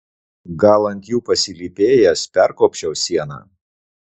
gal ant jų pasilypėjęs perkopčiau sieną